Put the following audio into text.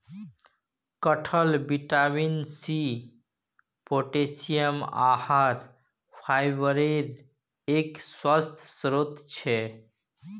कटहल vitamin C, potassium, आहार फाइबरेर एक स्वस्थ स्रोत छे